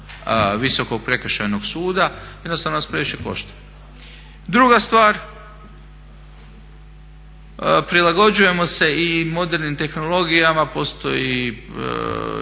Visokog prekršajnog suda, jednostavno nas previše košta. Druga stvar, prilagođujemo se i modernim tehnologijama. Postoji